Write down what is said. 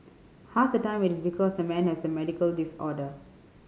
half the time it is because the man has a medical disorder